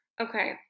Okay